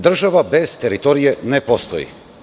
Država bez teritorije ne postoji.